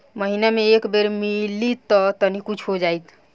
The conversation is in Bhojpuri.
महीना मे एक बेर मिलीत त तनि कुछ हो जाइत